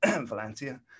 Valencia